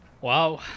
wow